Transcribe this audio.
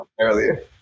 earlier